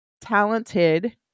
talented